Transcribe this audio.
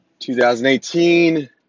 2018